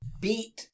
Beat